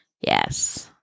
yes